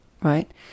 right